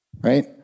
right